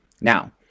Now